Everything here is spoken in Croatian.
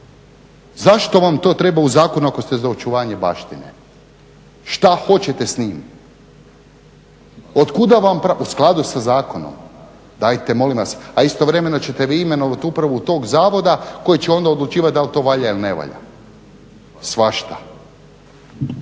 Zašto vam to treba u Zakonu ako ste za očuvanje baštine, šta hoćete s njim? Od kuda vam u skladu sa zakonom dajte molim vas a istovremeno ćete vi imenovati upravu tog zavoda koji će onda odlučivat dal to valja ili ne valja. Svašta.